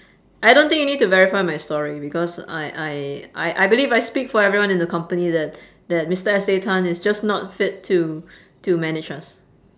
I don't think you need to verify my story because I I I I believe I speak for everyone in the company that that mister S A tan is just not fit to to manage us